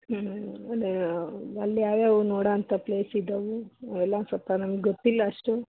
ಹ್ಞೂ ಅದೇ ಅಲ್ಲಿ ಯಾವ್ಯಾವ ನೋಡೋಂಥ ಪ್ಲೇಸ್ ಇದ್ದಾವೆ ಎಲ್ಲ ಸ್ವಲ್ಪ ನಮಗೆ ಗೊತ್ತಿಲ್ಲ ಅಷ್ಟು